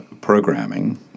programming